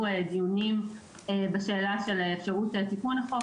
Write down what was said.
דיונים בשאלה של האפשרות לתיקון החוק,